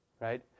right